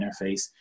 interface